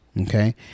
Okay